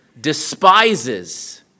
despises